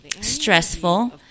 stressful